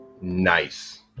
Nice